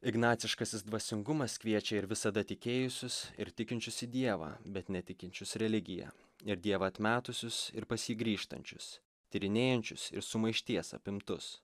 ignaciškasis dvasingumas kviečia ir visada tikėjusius ir tikinčius į dievą bet netikinčius religija ir dievą atmetusius ir pas jį grįžtančius tyrinėjančius ir sumaišties apimtus